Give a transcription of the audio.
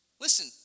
listen